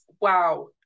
wow